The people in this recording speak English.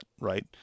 right